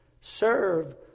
Serve